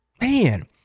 Man